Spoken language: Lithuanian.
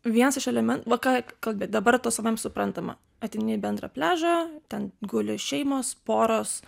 vienas iš elemen va ką kad dabar tos suprantama ateini į bendrą pliažą ten guli šeimos poros